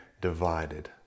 divided